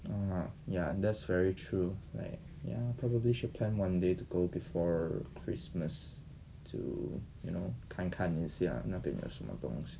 !wah! ya that's very true like ya probably should plan one day to go before christmas to you know 看一看一下那边有什么东西